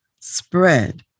spread